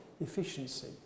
efficiency